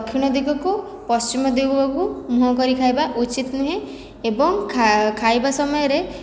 ଦକ୍ଷିଣ ଦିଗକୁ ପଶ୍ଚିମ ଦିଗକୁ ମୁହଁ କରି ଖାଇବା ଉଚିତ ନୁହେଁ ଏବଂ ଖାଇବା ସମୟରେ